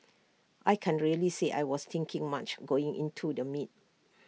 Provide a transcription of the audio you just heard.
I can't really say I was thinking much going into the meet